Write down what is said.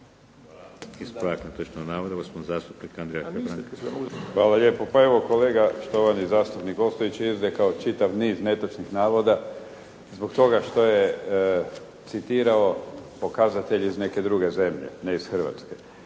Hvala lijepo. Pa, evo kolega štovani zastupnik Ostojić je izrekao čitav niz netočnih navoda zbog toga što je citirao pokazatelj iz neke druge zemlje, ne iz Hrvatske.